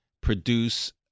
produce